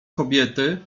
kobiety